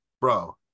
bro